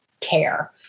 care